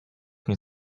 mnie